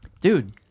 dude